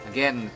Again